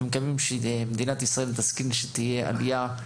אנחנו מתכוונים שמדינת ישראל תשכיל ותהיה עלייה גם